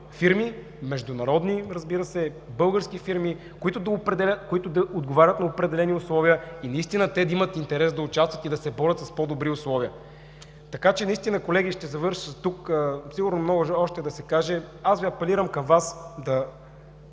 международни, разбира се, български фирми, които да отговарят на определени условия, и наистина те да имат интерес да участват и да се борят с по-добри условия. Колеги, наистина ще завърша тук. Сигурно още много може да се каже. Апелирам към Вас да